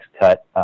cut